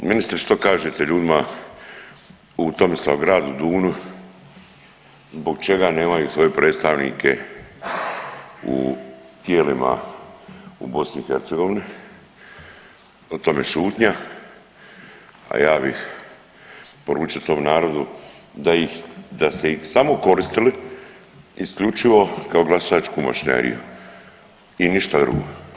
Ministre, što kažete ljudima u Tomislavgradu u Duvnu zbog čega nemaju svoje predstavnike u tijelima u BiH, o tome šutnja, a ja bih poručio svom narodu da ih, da ste ih samo koristili isključivo kao glasačku mašineriju i ništa drugo.